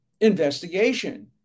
investigation